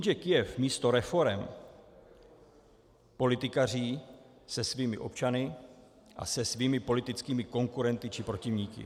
Jenže Kyjev místo reforem politikaří se svými občany a se svými politickými konkurenty či protivníky.